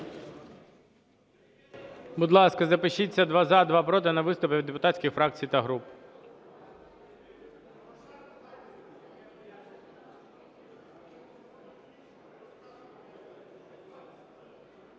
Будь ласка, запишіться: два – за, два – проти, на виступи від депутатських фракцій та груп.